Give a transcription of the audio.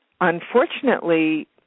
unfortunately